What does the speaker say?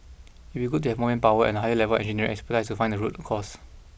it would be good to have more manpower and a higher level of engineering expertise to find the root cause